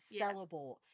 sellable